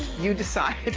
you decide.